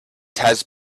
has